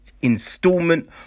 installment